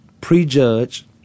prejudge